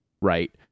right